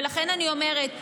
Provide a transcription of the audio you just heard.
ולכן אני אומרת,